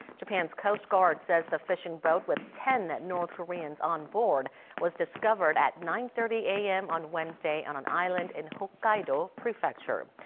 japan's coastguard says the fishing boat with ten north koreans onboard was discovered at nine thirty am on wednesday on an island in hokkaido prefecture.